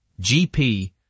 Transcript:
GP